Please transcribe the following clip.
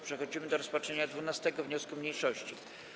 Przechodzimy do rozpatrzenia 12. wniosku mniejszości.